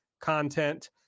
content